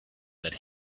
that